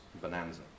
bonanza